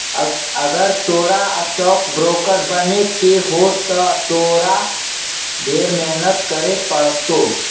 अगर तोरा stock broker बने के हो त तोरा ढेर मेहनत करे पड़तो